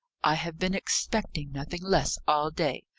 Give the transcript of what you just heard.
i have been expecting nothing less all day.